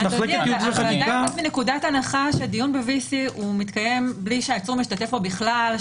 ההחלטה יוצאת מנקודת הנחה שדיון ב-VC מתקיים בלי שהעצור משתתף בו בכלל.